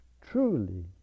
truly